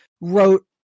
wrote